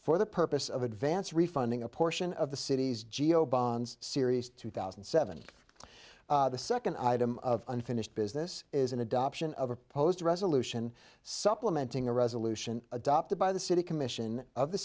for the purpose of advance refunding a portion of the city's geo bonds series two thousand and seven the second item of unfinished business is an adoption of opposed a resolution supplementing a resolution adopted by the city commission of the